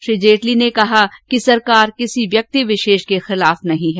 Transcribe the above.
श्री जेटली ने कहा कि सरकार किसी व्यक्ति विशेष के खिलाफ नहीं है